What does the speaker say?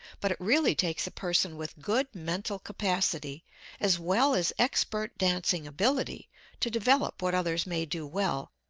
but it really takes a person with good mental capacity as well as expert dancing ability to develop what others may do well,